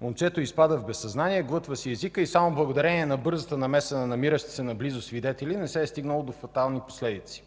Момчето изпада в безсъзнание, глътва си езика и само благодарение на бързата намеса на намиращи се наблизо свидетели не се е стигнало до фатални последици.